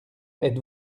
êtes